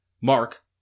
Mark